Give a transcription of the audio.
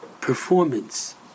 performance